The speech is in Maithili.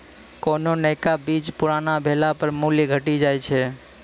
कोन्हो नयका चीज पुरानो भेला पर मूल्य घटी जाय छै